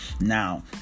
Now